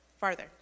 farther